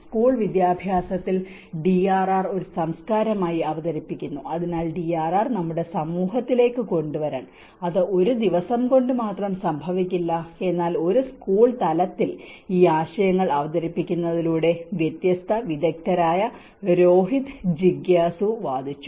school വിദ്യാഭ്യാസത്തിൽ DRR ഒരു സംസ്കാരമായി അവതരിപ്പിക്കുന്നു അതിനാൽ DRR നമ്മുടെ സമൂഹത്തിലേക്ക് കൊണ്ടുവരാൻ അത് ഒരു ദിവസം കൊണ്ട് മാത്രം സംഭവിക്കില്ല എന്നാൽ ഒരു സ്കൂൾ തലത്തിൽ ഈ ആശയങ്ങൾ അവതരിപ്പിക്കുന്നതിലൂടെ വ്യത്യസ്ത വിദഗ്ധരായ രോഹിത് ജിഗ്യാസു വാദിച്ചു